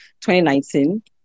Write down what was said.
2019